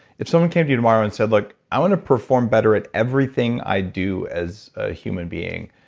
if someone came to you tomorrow and said, look, i want to perform better at everything i do as a human being,